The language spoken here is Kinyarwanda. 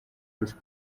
ruswa